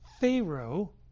Pharaoh